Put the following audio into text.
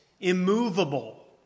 immovable